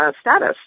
status